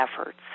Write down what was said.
efforts